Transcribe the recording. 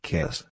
Kiss